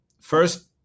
first